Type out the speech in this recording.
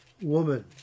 woman